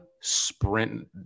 sprinting